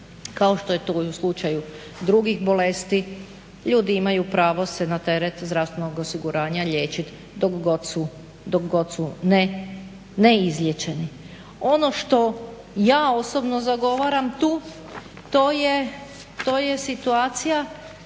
kao što je to u slučaju i drugih bolesti. Ljudi imaju pravo se na teret zdravstvenog osiguranja liječiti dok god su ne izliječeni. Ono što ja osobno zagovaram tu to je situacija